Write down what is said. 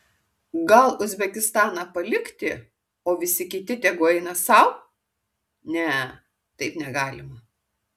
gal uzbekistaną palikti o visi kiti tegu eina sau ne taip negalima